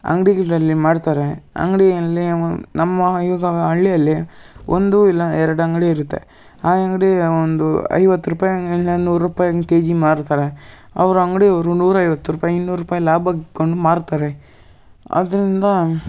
ಅಂಗಡಿಗಳಲ್ಲಿ ಮಾಡ್ತಾರೆ ಅಂಗಡಿಯಲ್ಲಿ ನಮ್ಮ ಈಗ ಹಳ್ಳಿಯಲ್ಲಿ ಒಂದೂ ಇಲ್ಲ ಎರಡು ಅಂಗಡಿ ಇರುತ್ತೆ ಆ ಅಂಗಡಿ ಒಂದು ಐವತ್ತು ರೂಪಾಯಿ ಇಲ್ಲ ನೂರು ರೂಪಾಯಿ ಹಂಗೆ ಕೆ ಜಿ ಮಾರ್ತಾರೆ ಅವ್ರು ಅಂಗಡಿಯವರು ನೂರೈವತ್ತು ರೂಪಾಯಿ ಇನ್ನೂರು ರೂಪಾಯಿ ಲಾಭ ಇಟ್ಕೊಂಡು ಮಾರ್ತಾರೆ ಅದರಿಂದ